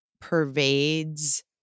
pervades